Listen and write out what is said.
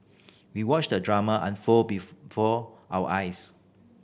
we watched the drama unfold before our eyes